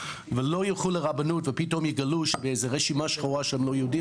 ולא יילכו לרבנות ופתאום יגלו איזו רשימה שחורה שהם לא יהודים,